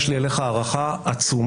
יש לי אליטך הערכה עצומה,